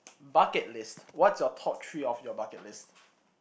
bucket list what's your top three of your bucket list